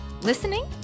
Listening